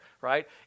right